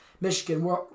Michigan